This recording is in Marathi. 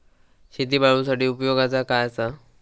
शेळीपाळूसाठी उपयोगाचा काय असा?